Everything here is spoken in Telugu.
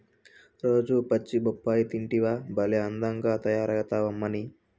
రోజూ పచ్చి బొప్పాయి తింటివా భలే అందంగా తయారైతమ్మన్నీ